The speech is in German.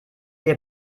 wir